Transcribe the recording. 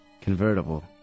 Convertible